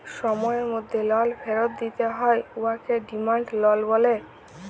সময়ের মধ্যে লল ফিরত দিতে হ্যয় উয়াকে ডিমাল্ড লল ব্যলে